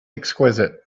exquisite